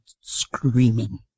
screaming